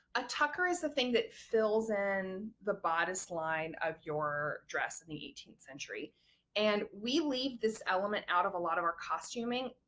a tucker is the thing that fills in the bodice line of your dress in the eighteenth century and we leave this element out of a lot of our costuming,